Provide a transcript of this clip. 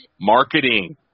marketing